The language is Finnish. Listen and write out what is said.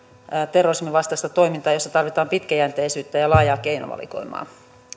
vastaista toimintaa jossa tarvitaan pitkäjänteisyyttä ja laajaa keinovalikoimaa